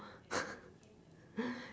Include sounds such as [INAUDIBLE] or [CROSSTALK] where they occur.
[LAUGHS]